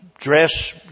dress